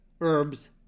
herbs